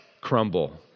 crumble